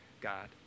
God